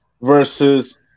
versus